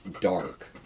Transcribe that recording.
dark